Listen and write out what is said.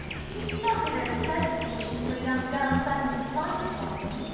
it is not a very pleasant position for a young girl suddenly to find herself in.